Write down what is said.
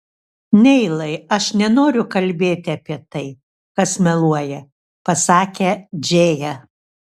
neilai aš nenoriu kalbėti apie tai kas meluoja pasakė džėja